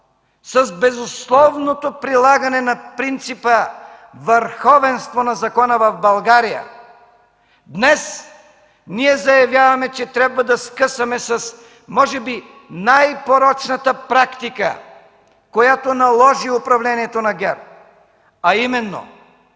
с безусловното прилагане на принципа „върховенство на закона” в България. Днес ние заявяваме, че трябва да се скъсаме с може би най-порочната практика, която наложи управлението на ГЕРБ, а именно